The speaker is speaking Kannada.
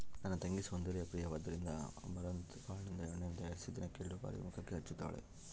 ನನ್ನ ತಂಗಿ ಸೌಂದರ್ಯ ಪ್ರಿಯೆಯಾದ್ದರಿಂದ ಅಮರಂತ್ ಕಾಳಿನಿಂದ ಎಣ್ಣೆಯನ್ನು ತಯಾರಿಸಿ ದಿನಕ್ಕೆ ಎರಡು ಬಾರಿ ಮುಖಕ್ಕೆ ಹಚ್ಚುತ್ತಾಳೆ